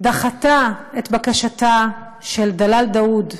דחתה את בקשתה של דלאל דאוד,